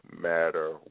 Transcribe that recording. matter